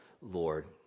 Lord